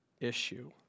issue